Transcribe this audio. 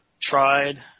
tried